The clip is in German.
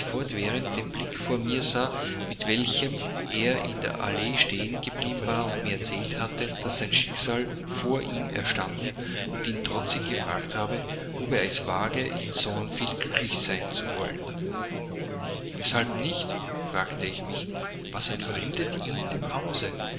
fortwährend den blick vor mir sah mit welchem er in der allee stehen geblieben war und mir erzählt hatte daß sein schicksal vor ihm erstanden und ihn trotzig gefragt habe ob er es wage in thornfield glücklich sein zu wollen weshalb nicht fragte ich mich was entfremdet ihn dem hause